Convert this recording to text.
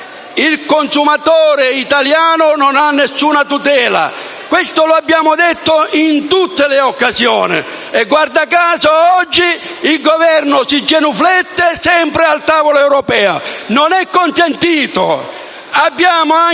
Il consumatore italiano non ha alcuna tutela: l'abbiamo detto in tutte le occasioni e guardo caso oggi il Governo si genuflette sempre al tavolo europeo. Questo non è consentito. Abbiamo